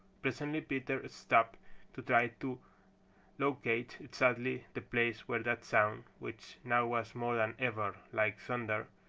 presently peter stopped to try to locate exactly the place where that sound, which now was more than ever like thunder,